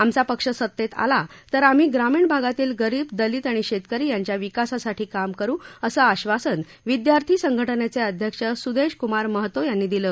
आमचा पक्ष सत्तेत आला तर आम्ही ग्रामीण भागातील गरीब दलित आणि शेतकरी यांच्या विकासासाठी काम करू असं आश्वासन विद्यार्थी संघटनेचे अध्यक्ष सुदेश कुमार महतो यांनी दिलं